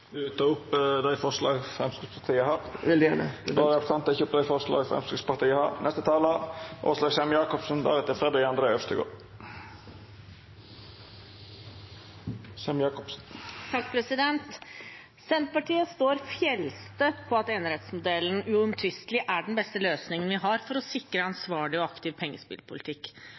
tar opp de forslagene Fremskrittspartiet har. Representanten Himanshu Gulati har teke opp dei forslaga han refererte til. Senterpartiet står fjellstøtt på at enerettsmodellen uomtvistelig er den beste løsningen vi har for å sikre en ansvarlig og aktiv pengespillpolitikk